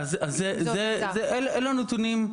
אז אלה הנתונים.